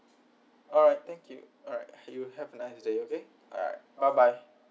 alright thank you alright you have a nice day okay alright bye bye